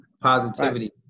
positivity